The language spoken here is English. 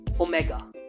Omega